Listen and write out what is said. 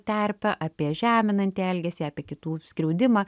terpę apie žeminantį elgesį apie kitų skriaudimą